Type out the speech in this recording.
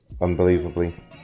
Unbelievably